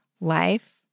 life